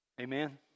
Amen